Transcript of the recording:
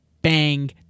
bang